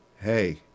Hey